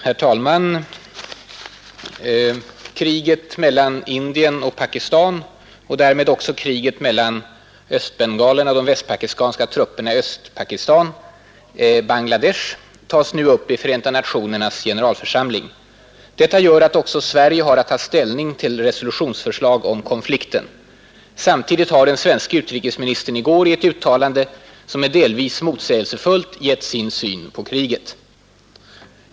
Herr talman! Kriget mellan Indien och Pakistan, och därmed också kriget mellan östbengalerna och de västpakistanska trupperna i Östpakis tan , tas nu upp i Förenta nationernas generalförsamling. Nr 140 Detta gör att också Sverige har att ta ställning till resolutionsförslag om Tisdagen den konflikten. Samtidigt har den svenske utrikesministern i går i ett 7 december 1971 uttalande, som delvis är motsägelsefullt, gett sin syn på kriget.